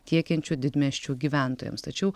tiekiančių didmiesčių gyventojams tačiau